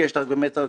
כי יש רק רבע שעה.